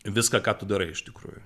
viską ką tu darai iš tikrųjų